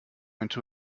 into